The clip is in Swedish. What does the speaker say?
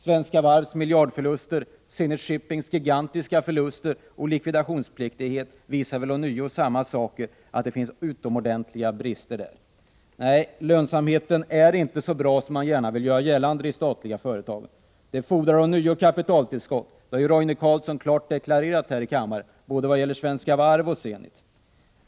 Svenska varvs miljardförluster och Zenit Shippings gigantiska förluster och likvidationsplikt visar väl ånyo att det finns utomordentliga brister. Nej, lönsamheten i de statliga företagen är inte så bra som man gärna vill göra gällande. Det fordras nya kapitaltillskott. Det har Roine Carlsson klart deklarerat här i kammaren både när det gäller Svenska Varv och när det gäller Zenit.